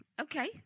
okay